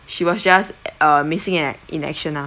she was just eh uh missing at ac~ in action lah